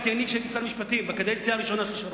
כשאני הייתי שר המשפטים בקדנציה הראשונה של שרון.